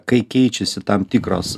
kai keičiasi tam tikros